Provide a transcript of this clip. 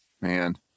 Man